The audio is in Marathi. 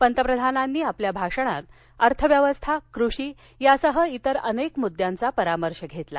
पंतप्रधानांनी आपल्या भाषणात अर्थव्यवस्था कृषी यासह इतर अनेक मुद्यांचा परामर्श घेतला